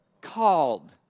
called